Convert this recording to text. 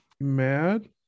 mad